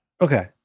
Okay